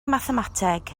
mathemateg